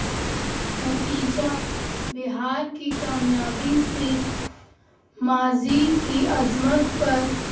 نتیجہ بہار کی کامیابی صرف ماضی کی عزمت پر